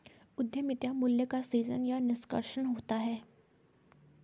उद्यमिता मूल्य का सीजन या निष्कर्षण होता है